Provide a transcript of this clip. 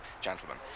gentlemen